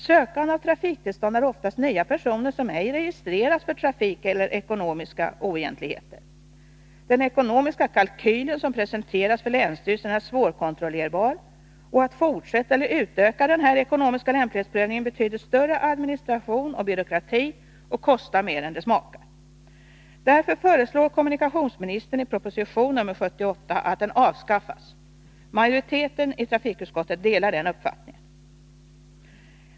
Sökande av trafiktillstånd är oftast personer, som tidigare ej registrerats för trafikmässiga eller ekonomiska oegentligheter. Den ekonomiska kalkyl som presenteras för länsstyrelsen är svårkontrollerbar, och att fortsätta eller vidga den ekonomiska lämplighetsprövningen betyder ökad administration och byråkrati och kostar mer än det smakar. Därför föreslår kommunikationsministern i proposition nr 78 att lämplighetsprövningen avskaffas. Majoriteten i trafikutskottet delar den uppfattningen.